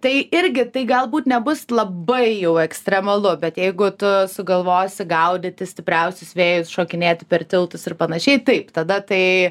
tai irgi tai galbūt nebus labai jau ekstremalu bet jeigu tu sugalvosi gaudyti stipriausius vėjus šokinėti per tiltus ir panašiai taip tada tai